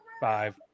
five